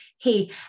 hey